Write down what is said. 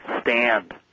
stand